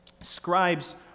scribes